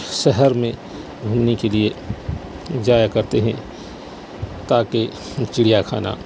شہر میں گھومنے کے لیے جایا کرتے ہیں تاکہ چڑیا خانہ